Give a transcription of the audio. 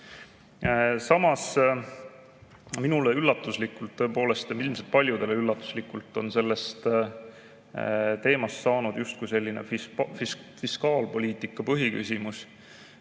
lugu. Samas, minule üllatuslikult, tõepoolest, ja ilmselt paljudele üllatuslikult on sellest teemast saanud justkui selline fiskaalpoliitika põhiküsimus.